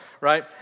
right